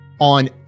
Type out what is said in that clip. on